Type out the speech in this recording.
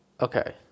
Okay